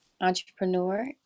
entrepreneur